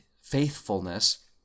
faithfulness